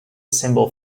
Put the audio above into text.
symbol